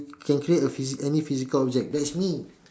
you can create a phy~ any physical object that's me